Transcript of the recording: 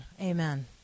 Amen